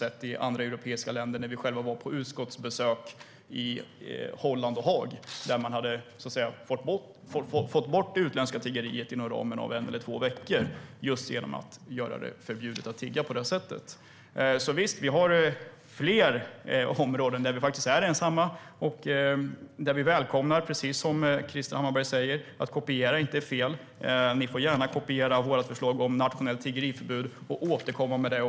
Till exempel kunde vi se det när vi var på utskottsbesök i Holland och Haag, där man inom loppet av en eller två veckor hade fått bort det utländska tiggeriet genom att göra det förbjudet att tigga. Det finns flera områden där vi faktiskt är ensamma. Och visst, som Krister Hammarbergh säger, att kopiera är inte fel. Ni får gärna kopiera vårt förslag om nationellt tiggeriförbud och återkomma med det.